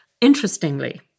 Interestingly